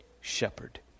shepherd